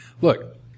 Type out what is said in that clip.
Look